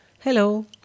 Hello